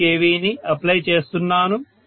4 KV ని apply చేస్తున్నాను